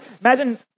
imagine